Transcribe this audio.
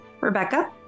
Rebecca